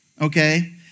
okay